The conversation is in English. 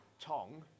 Tong